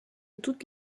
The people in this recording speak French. toute